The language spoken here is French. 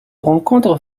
rencontre